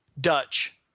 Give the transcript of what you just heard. Dutch